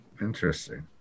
Interesting